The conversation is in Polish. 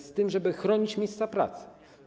Z tym, żeby chronić miejsca pracy.